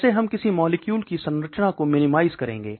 कैसे हम किसी मॉलिक्यूल की संरचना को मिनीमाइज करेगें